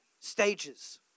stages